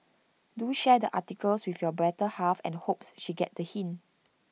do share the article with your better half and hopes she get the hint